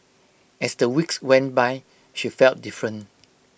as the weeks went by she felt different